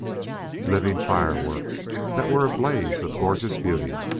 living fireworks that were a blaze of gorgeous beauty!